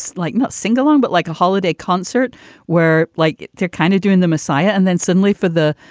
like not sing-along, but like a holiday concert where, like they're kind of doing the messiah. and then suddenly for the,